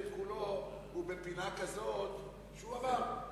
כולו הוא בפינה כזאת, שהוא עבר,